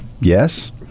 yes